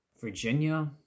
Virginia